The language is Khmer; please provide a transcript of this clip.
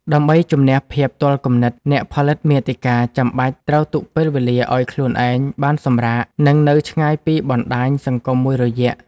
ដើម្បីជម្នះភាពទាល់គំនិត អ្នកផលិតមាតិកាចាំបាច់ត្រូវទុកពេលវេលាឱ្យខ្លួនឯងបានសម្រាក និងនៅឆ្ងាយពីបណ្ដាញសង្គមមួយរយៈ។